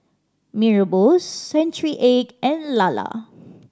Mee Rebus century egg and lala